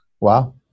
Wow